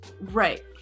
Right